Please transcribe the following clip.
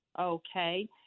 Okay